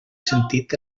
sentit